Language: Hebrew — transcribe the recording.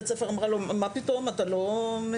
בית הספר אמרה לו אתה לא מאירופה.